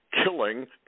killing